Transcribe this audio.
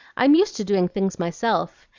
i'm used to doing things myself.